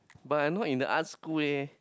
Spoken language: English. but I'm not in the art school leh